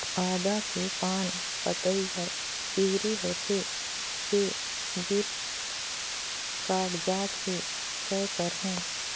आदा के पान पतई हर पिवरी होथे के गिर कागजात हे, कै करहूं?